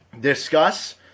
discuss